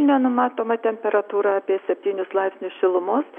nenumatoma temperatūra apie septynis laipsnius šilumos